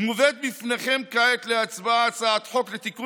מובאת בפניכם כעת להצבעה הצעת חוק לתיקון